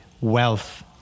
Wealth